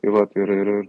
tai vat ir ir ir